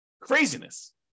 Craziness